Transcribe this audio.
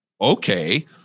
Okay